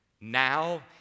Now